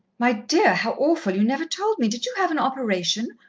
my dear, how awful you never told me. did you have an operation?